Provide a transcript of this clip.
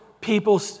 people